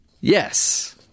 Yes